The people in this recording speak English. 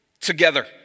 together